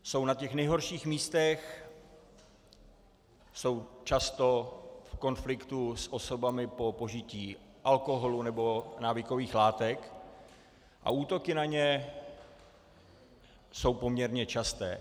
Jsou na nejhorších místech, jsou často v konfliktu s osobami po požití alkoholu nebo návykových látek a útoky na ně jsou poměrně časté.